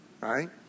right